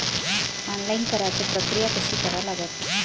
Online कराच प्रक्रिया कशी करा लागन?